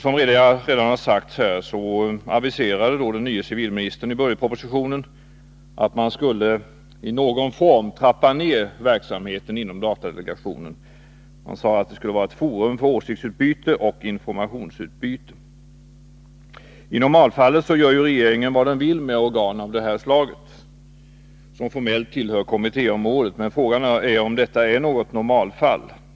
Som redan har sagts här aviserade den nye civilministern i budgetpropositionen att man i någon form skulle trappa ner verksamheten inom datadelegationen. Han sade att denna skulle vara ett forum för åsiktsutbyte och informationsutbyte. I normalfallet gör ju regeringen vad den vill med organ av det här slaget, som formellt tillhör kommittéområdet, men frågan är om detta är något normalfall.